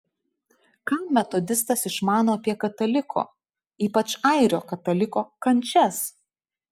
ką metodistas išmano apie kataliko ypač airio kataliko kančias